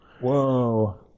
Whoa